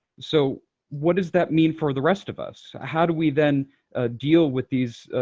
so what does that mean for the rest of us? how do we then deal with these